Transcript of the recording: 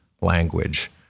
language